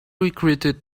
recruited